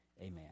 Amen